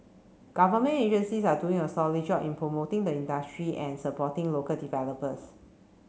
government agencies are doing a solid job in promoting the industry and supporting local developers